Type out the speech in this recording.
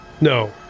No